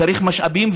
צריך משאבים,